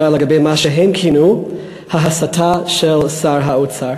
לגבי מה שהם כינו "ההסתה של שר האוצר".